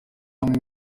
bamwe